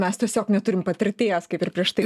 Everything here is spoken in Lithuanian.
mes tiesiog neturim patirties kaip ir prieš tai